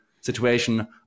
situation